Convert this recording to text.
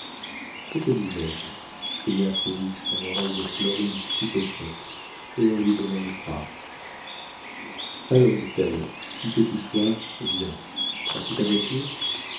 que te disais-je cria félix dans l'oreille de florine stupéfaite et en lui donnant le bras allons dit-elle qui que tu sois viens as-tu ta voiture